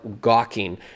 gawking